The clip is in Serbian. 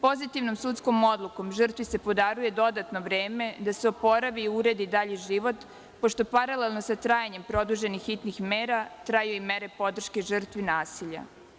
Pozitivnom sudskom odlukom žrtvi se podaruje dodatno vreme da se oporavi i uredi dalji život pošto paralelno sa trajanjem produženih hitnih mera traju i mere podrške žrtvi nasilja.